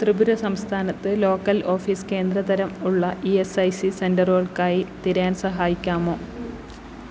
ത്രിപുര സംസ്ഥാനത്ത് local office കേന്ദ്ര തരം ഉള്ള ഇ എസ് ഐ സി സെന്ററുകൾക്കായി തിരയാൻ സഹായിക്കാമോ